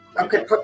Okay